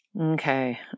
Okay